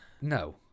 no